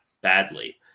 badly